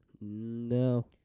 No